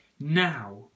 now